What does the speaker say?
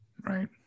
Right